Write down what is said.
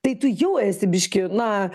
tai tu jau esi biškį na